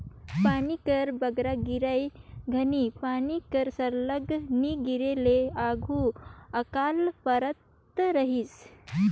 पानी कर बगरा गिरई घनी पानी कर सरलग नी गिरे ले आघु अकाल परत रहिस